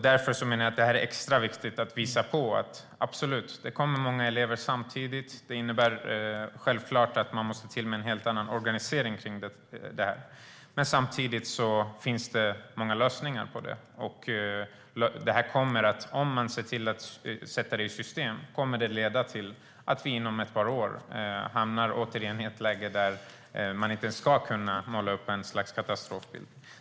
Därför menar jag att det är extra viktigt att visa: Visst kommer det många elever samtidigt. Det innebär självklart att man måste ha en helt annan organisering av detta. Men samtidigt finns det många lösningar. Om man ser till att sätta detta i system kommer det att leda till att vi inom ett par år återigen hamnar i ett läge där man inte ens ska kunna måla upp ett slags katastrofbild.